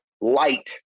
light